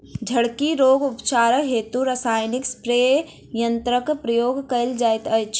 झड़की रोगक उपचार हेतु रसायनिक स्प्रे यन्त्रकक प्रयोग कयल जाइत अछि